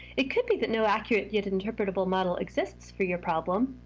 it could be that no accurate yet interpretable model exists for your problem,